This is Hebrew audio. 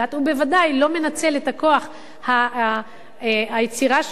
הוא בוודאי לא מנצל את כוח היצירה שלו,